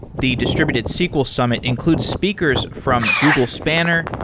the distributed sql summit includes speakers from google spanner,